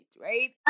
right